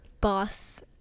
Boss